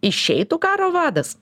išeitų karo vadas